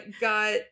got